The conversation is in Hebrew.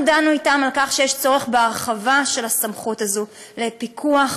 אנחנו דנו אתם על כך שיש צורך בהרחבה של הסמכות הזאת של פיקוח,